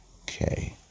Okay